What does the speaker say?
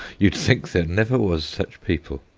you'd think there never was such people.